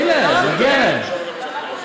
תני להם, מגיע להם.